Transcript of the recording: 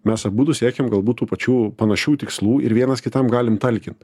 mes abudu siekiam galbūt tų pačių panašių tikslų ir vienas kitam galim talkint